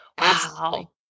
Wow